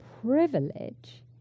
privilege